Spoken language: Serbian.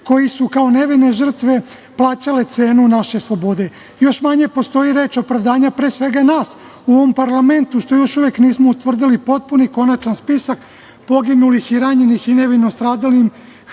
koji su kao nevine žrtve plaćale cenu naše slobode. Još manje postoji reč opravdanja, pre svega nas u ovom parlamentu, što još uvek nismo utvrdili potpun i konačan spisak poginulih i ranjenih i nevino stradalih